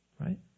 Right